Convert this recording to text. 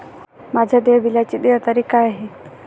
माझ्या देय बिलाची देय तारीख काय आहे?